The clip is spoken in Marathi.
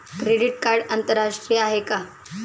क्रेडिट कार्ड आंतरराष्ट्रीय आहे का?